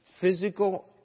physical